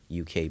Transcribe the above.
UK